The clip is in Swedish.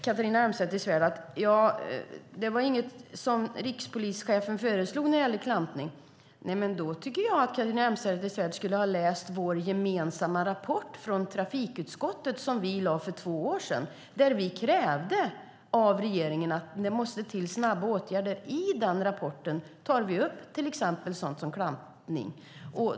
Catharina Elmsäter-Svärd säger att rikspolischefen inte föreslog klampning. Då tycker jag att Catharina Elmsäter-Svärd skulle ha läst trafikutskottets gemensamma rapport. Den lade vi fram för två år sedan. Där krävde vi att regeringen skulle vidta snabba åtgärder. I den rapporten tar vi till exempel upp sådant som klampning.